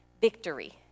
victory